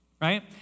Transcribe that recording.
right